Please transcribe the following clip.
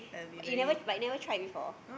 but you never but you never tried before